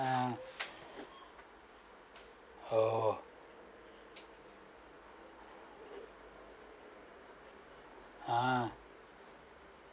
ah oh ah